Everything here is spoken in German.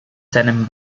seinem